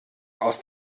aus